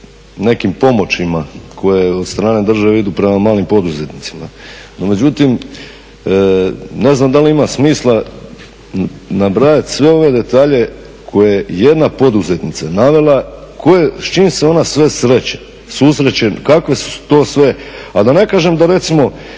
nekim pomoćima koje od strane države idu prema malim poduzetnicima. No međutim, ne znam da li ima smisla nabrajat sve ove detalje koje je jedna poduzetnica navela s čim se ona sve sreće, susreće, kakve su to sve. A da ne kažem da recimo